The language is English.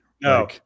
No